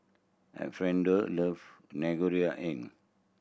Alfreda love